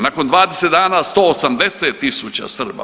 Nakon 20 dana 180 tisuća Srba.